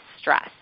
stress